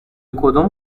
کدام